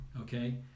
okay